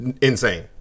insane